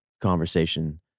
conversation